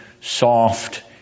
soft